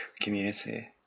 community